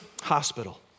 hospital